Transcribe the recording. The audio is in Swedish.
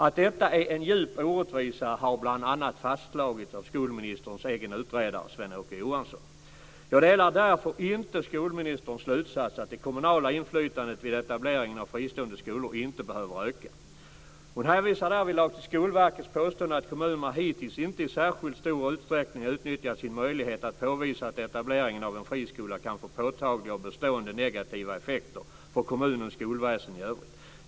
Att detta är en djup orättvisa har bl.a. fastslagits av skolministerns egen utredare Sven-Åke Johansson. Jag delar därför inte skolministerns slutsats att det kommunala inflytandet vid etableringen av fristående skolor inte behöver öka. Hon hänvisar därvidlag till Skolverkets påstående att kommunerna hittills inte i särskilt stor utsträckning utnyttjat sin möjlighet att påvisa att etableringen av en friskola kan få påtagliga och bestående negativa effekter för kommunens skolväsen i övrigt.